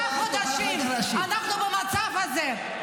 תשעה חודשים אנחנו במצב הזה.